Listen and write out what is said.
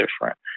different